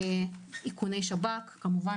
איכוני שב"כ כמובן,